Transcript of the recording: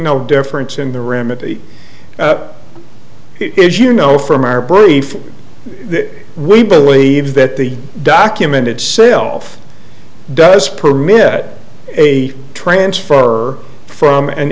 no difference in the remedy if you know from our brief that we believe that the document itself does permit a transfer from an